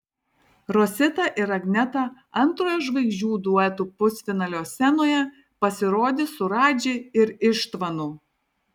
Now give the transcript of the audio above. rosita ir agneta antrojo žvaigždžių duetų pusfinalio scenoje pasirodys su radži ir ištvanu